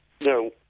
No